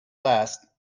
last